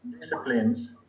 disciplines